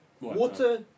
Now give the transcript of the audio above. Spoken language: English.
Water